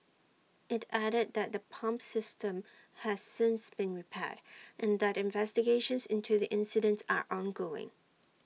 IT added that the pump system has since been repaired and that investigations into the incident are ongoing